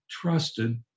trusted